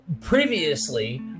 previously